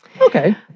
Okay